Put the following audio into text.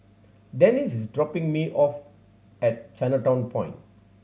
Denice is dropping me off at Chinatown Point